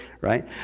right